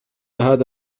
هذا